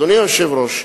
אדוני היושב-ראש,